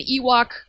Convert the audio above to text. Ewok